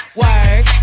work